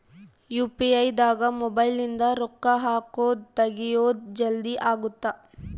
UPI ದಾಗ mobile ನಿಂದ ರೊಕ್ಕ ಹಕೊದ್ ತೆಗಿಯೊದ್ ಜಲ್ದೀ ಅಗುತ್ತ